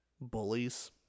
bullies